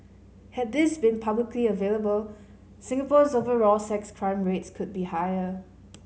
had these been publicly available Singapore's overall sex crime rates could be higher